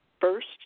first